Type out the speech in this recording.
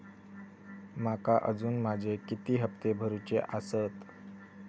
माका अजून माझे किती हप्ते भरूचे आसत?